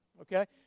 Okay